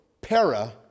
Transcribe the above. Para